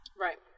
Right